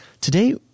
Today